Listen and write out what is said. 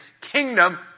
kingdom